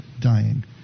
dying